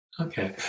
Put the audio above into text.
Okay